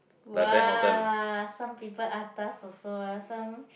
!wah! some people atas also ah some